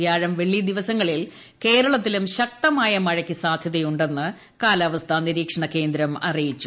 വ്യാഴം വെള്ളി ദിവസങ്ങളിൽ കേരളത്തിലും ശക്തമായ മഴയ്ക്ക് സാധ്യതയുണ്ടെന്ന് കാലാവസ്ഥാ നിരീക്ഷണകേന്ദ്രം അറിയിച്ചു